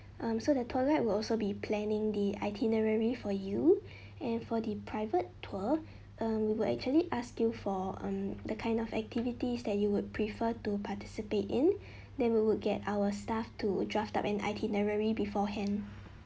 um so the tour guide will also be planning the itinerary for you and for the private tour um we will actually ask you for um the kind of activities that you would prefer to participate in then we would get our staff to draft up an itinerary beforehand